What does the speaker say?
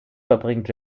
verbringt